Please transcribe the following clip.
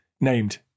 named